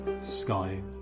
sky